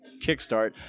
kickstart